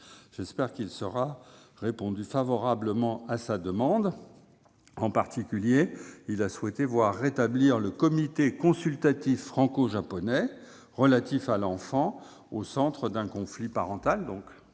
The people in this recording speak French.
J'espère qu'il sera répondu favorablement à sa demande de rétablir en particulier le comité consultatif franco-japonais relatif à l'enfant au centre d'un conflit parental,